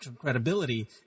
credibility